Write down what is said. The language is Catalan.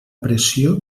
pressió